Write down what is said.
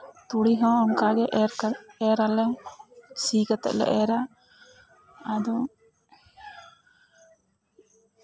ᱛᱩᱲᱤ ᱦᱚᱸ ᱚᱱᱠᱟ ᱜᱮ ᱮᱨᱟᱞᱮ ᱥᱤ ᱠᱟᱛᱮ ᱞᱮ ᱮᱨᱟ ᱟᱫᱚ